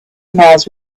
emails